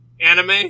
anime